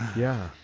yeah.